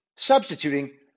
Substituting